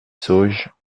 sauges